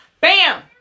bam